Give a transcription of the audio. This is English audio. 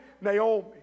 Naomi